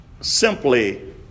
simply